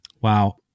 Wow